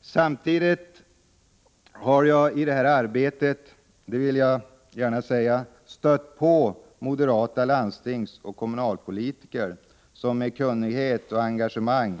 I samband med det här arbetet har jag — det vill jag gärna säga — också stött på moderata landstingsoch kommunalpolitiker som med kunnighet och engagemang,